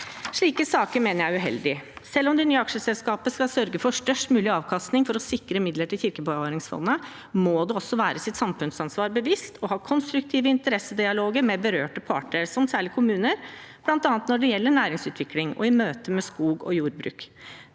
Slike saker mener jeg er uheldige. Selv om det nye aksjeselskapet skal sørge for størst mulig avkastning for å sikre midler til kirkebevaringsfondet, må det også være seg sitt samfunnsansvar bevisst og ha konstruktiv interessedialog med berørte parter, som særlig kommuner, bl.a. når det gjelder næringsutvikling og i møte med skog og jordbruk.